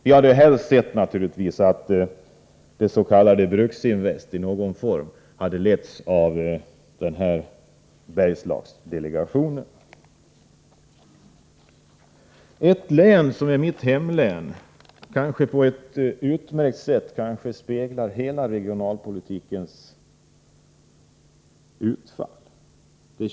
Vi hade helst sett att det s.k. Bruksinvest på något sätt hade letts av Bergslagsdelegationen. Mitt hemlän Kopparberg tycker jag på ett utmärkt sätt speglar utfallet av hela regionalpolitiken.